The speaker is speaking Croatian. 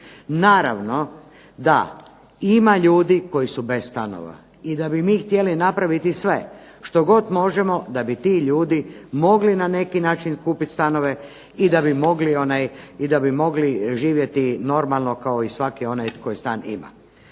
Naravno da ima ljudi koji su bez stanova i da bi mi htjeli napraviti sve što god možemo da bi ti ljudi mogli na neki način kupiti stanove i da bi mogli živjeti normalno kao i svaki onaj tko stan ima.